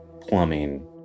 plumbing